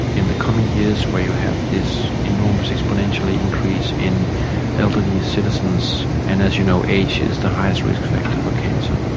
in the coming years where you have this enormous exponential increase in elderly citizens, and as you know age is the highest risk factor for cancer,